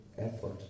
effort